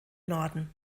norden